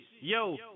Yo